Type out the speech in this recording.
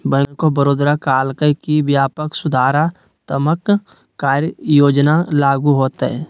bank of Baroda कहलकय कि व्यापक सुधारात्मक कार्य योजना लागू होतय